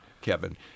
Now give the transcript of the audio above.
Kevin